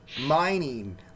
Mining